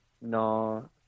No